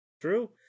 True